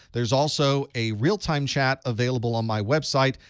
there's also a real-time chat available on my website.